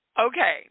Okay